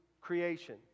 creation